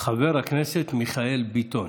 חבר הכנסת מיכאל ביטון.